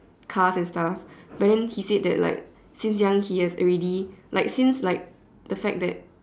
cars and stuff but then he said that like since young he has already like since like the fact that